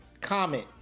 Comment